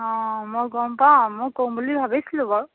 অ' মই গম পাওঁ মই ক'ম বুলি ভাবিছিলো বাৰু